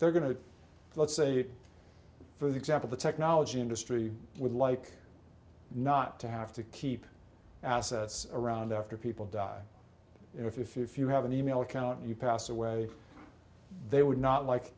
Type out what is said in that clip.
they're going to let's say for example the technology industry would like not to have to keep assets around after people die if you if you have an e mail account you pass away they would not like